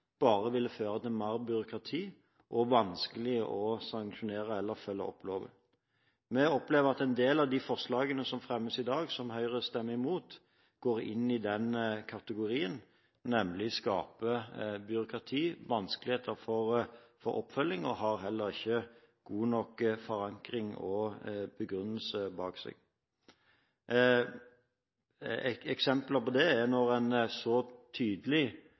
bare ville føre til mer byråkrati, og det ville være vanskelig å sanksjonere eller følge opp loven. Vi opplever at en del av de forslagene som fremmes i dag, og som Høyre stemmer imot, går inn i denne kategorien, nemlig at de skaper byråkrati, de er vanskelige å følge opp, og de har heller ikke god nok forankring og begrunnelse bak seg. Eksempler på det er at man så tydelig